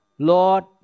Lord